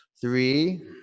Three